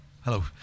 Hello